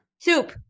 Soup